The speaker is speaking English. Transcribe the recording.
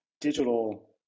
digital